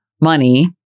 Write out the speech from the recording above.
money